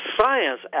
science